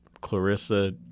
Clarissa